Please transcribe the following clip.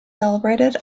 celebrated